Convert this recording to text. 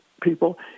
people